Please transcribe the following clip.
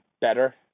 better